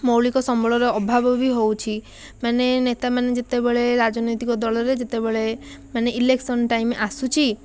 ମୌଳିକ ସମ୍ବଳର ଅଭାବ ବି ହେଉଛି ମାନେ ନେତାମାନେ ଯେତେବେଳେ ରାଜନୈତିକ ଦଳରେ ଯେତେବେଳେ ମାନେ ଇଲେକ୍ସନ୍ ଟାଇମ୍ ଆସୁଛି